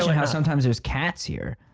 how sometimes just cats here?